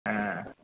ओ